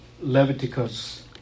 Leviticus